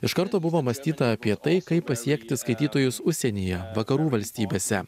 iš karto buvo mąstyta apie tai kaip pasiekti skaitytojus užsienyje vakarų valstybėse